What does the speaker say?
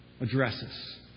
addresses